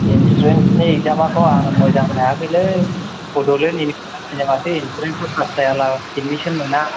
इनट्रेन्सनि इगजामाथ' आं मोजां हायाखैलै बड'लेण्ड इउनिभारसिटिना माथो इनट्रेन्सखौ फास जायाब्ला एदमिसन मोना